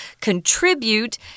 contribute